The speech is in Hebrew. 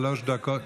שלוש דקות.